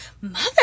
Mother